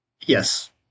Yes